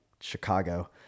Chicago